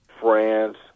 France